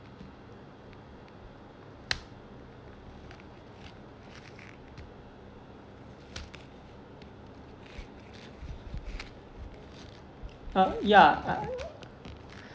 uh ya